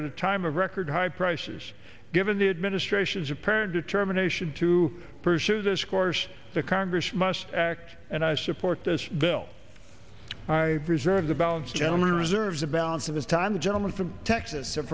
at a time of record high prices given the administration's apparent determination to pursue this course the congress must act and i support this bill i reserve the balance gentleman reserves a balance of this time the gentleman from texas